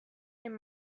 and